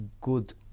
good